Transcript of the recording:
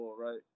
right